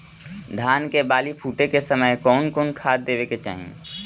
धान के बाली फुटे के समय कउन कउन खाद देवे के चाही?